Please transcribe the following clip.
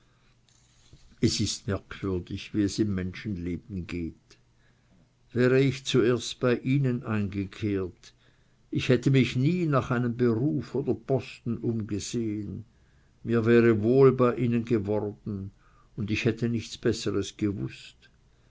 es ist merkwürdig wie es im menschenleben geht wäre ich zuerst bei ihnen eingekehrt ich hätte mich nie nach einem beruf oder posten umgesehen mir wäre wohl bei ihnen geworden und ich hätte nichts besseres gewußt